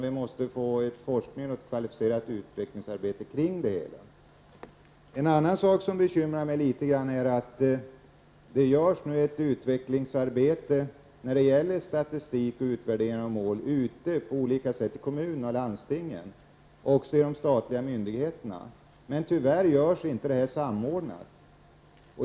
Vi måste få forskning och kvalificerat utvecklingsarbete kring det hela. Det är en annan sak som bekymrar mig. Det görs ett utvecklingsarbete när det gäller statistik och utvärdering av mål ute på olika sätt i kommuner och landsting och i de statliga myndigheterna. Men tyvärr görs det inte samordnat.